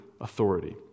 authority